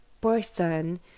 person